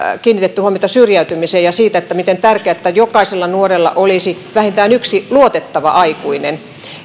syrjäytymiseen ja siihen miten tärkeätä on että jokaisella nuorella olisi vähintään yksi luotettava aikuinen